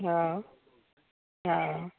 हँ हँ